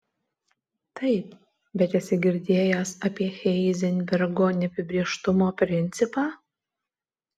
taip bet esi girdėjęs apie heizenbergo neapibrėžtumo principą